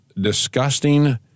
disgusting